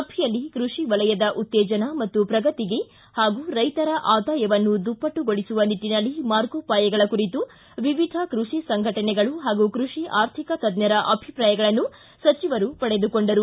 ಸಭೆಯಲ್ಲಿ ಕೃಷಿ ವಲಯದ ಉತ್ತೇಜನ ಮತ್ತು ಪ್ರಗತಿಗೆ ಹಾಗೂ ರೈತರ ಆದಾಯವನ್ನು ದುಪ್ಪಟ್ಟುಗೊಳಿಸುವ ನಿಟ್ಟನಲ್ಲಿ ಮಾರ್ಗೋಪಾಯಗಳ ಕುರಿತು ವಿವಿಧ ಕೃಷಿ ಸಂಘಟನೆಗಳು ಹಾಗೂ ಕೃಷಿ ಆರ್ಥಿಕ ತಜ್ಜರ ಅಭಿಪ್ರಾಯಗಳನ್ನು ಸಚಿವರು ಪಡೆದುಕೊಂಡರು